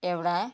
एउटा